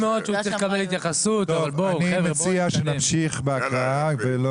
אני מציע שנמשיך בהקראה ולא